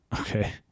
Okay